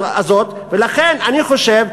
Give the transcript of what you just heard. שלושה